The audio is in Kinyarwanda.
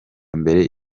mbere